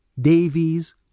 Davies